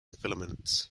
filament